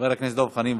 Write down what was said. חבר הכנסת דב חנין,